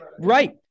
Right